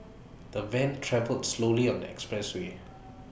the van travelled slowly on the expressway